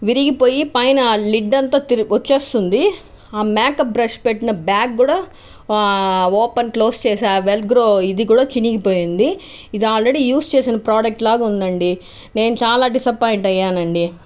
విరిగిపోయి పైన లిడ్ అంతా తిరి వచ్చేస్తుంది ఆ మేకప్ బ్రష్ పెట్టిన బ్యాగ్ కూడా ఓపెన్ క్లోస్ చేసే ఆ వెల్క్రో ఇది కూడా చినిగిపోయింది ఇది ఆల్రెడీ యూస్ చేసిన ప్రోడక్ట్లాగా ఉంది అండి నేను చాలా డిసప్పాయింట్ అయ్యాను అండి